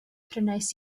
prynais